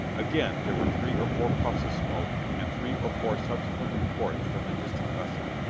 again there were three or four puffs of smoke and three or four subsequent reports from the distant vessel.